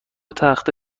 تخته